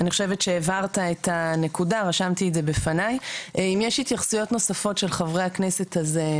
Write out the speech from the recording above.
זה ב- STATE OF MIND "חבר'ה בוא נתפזר נגיד לך מה אתה